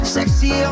Sexy